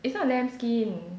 it's not lamb skin